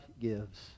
gives